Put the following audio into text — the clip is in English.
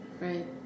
right